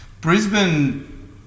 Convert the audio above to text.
Brisbane